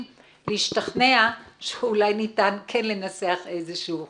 להשתכנע שאולי ניתן כן לנסח איזשהו חוק.